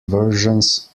versions